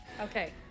Okay